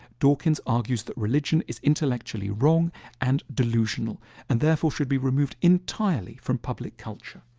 dawkins argues that religion is intellectually wrong and delusional and therefore should be removed entirely from public culture.